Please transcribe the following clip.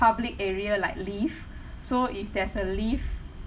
public area like lift so if there's a lift